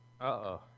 Uh-oh